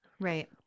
Right